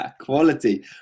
Quality